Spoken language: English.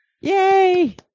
Yay